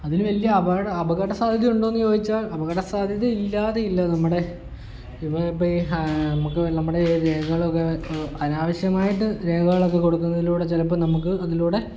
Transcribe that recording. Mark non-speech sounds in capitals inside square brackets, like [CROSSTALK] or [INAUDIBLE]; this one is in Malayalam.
അതിൽ വലിയ അപകട അപകട സാധ്യത ഉണ്ടോയെന്ന് ചോദിച്ചാൽ അപകട സാധ്യത ഇല്ലാതെയില്ല നമ്മുടെ [UNINTELLIGIBLE] അനാവശ്യമായിട്ട് രേഖകളൊക്കെ കൊടുക്കുന്നതിലൂടെ ചിലപ്പം നമുക്ക് അതിലൂടെ